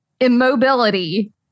immobility